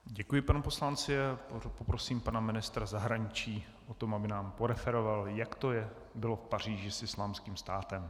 Děkuji panu poslanci a poprosím pana ministra zahraničí, aby nám poreferoval, jak to bylo v Paříži s Islámským státem.